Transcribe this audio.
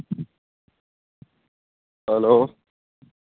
hello